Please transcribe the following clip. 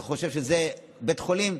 אתה חושב שזה בית חולים,